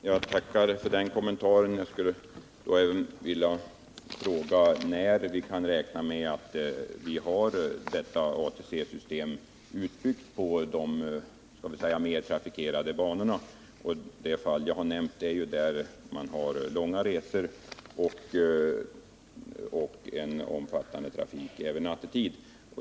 Herr talman! Jag tackar för den kommentaren. Jag skulle då även vilja fråga när vi kan räkna med att vi har fått detta ATC-system utbyggt på de mer trafikerade banorna. Det fall jag har nämnt gäller tåg med långa resor och en omfattande trafik, även nattetid.